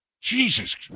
Jesus